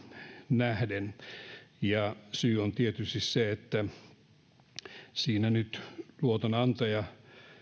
nähden syy on tietysti se että siinä nyt luotonantaja